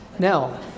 Now